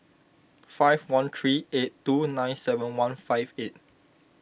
five one three eight two nine seven one five eight